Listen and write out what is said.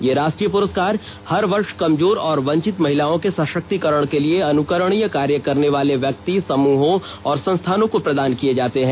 ये राष्ट्रीय पुरस्कार हर वर्ष कमजोर और वंचित महिलाओं के सशक्तीकरण के लिए अनुकरणीय कार्य करने वाले व्यक्ति समूहों और संस्थानों को प्रदान किए जाते हैं